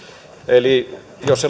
eli